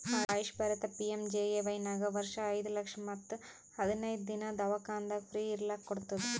AYUSH Bharat PMJAY ನಾಗ್ ವರ್ಷ ಐಯ್ದ ಲಕ್ಷ ಮತ್ ಹದಿನೈದು ದಿನಾ ದವ್ಖಾನ್ಯಾಗ್ ಫ್ರೀ ಇರ್ಲಕ್ ಕೋಡ್ತುದ್